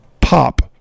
pop